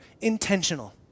intentional